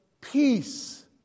peace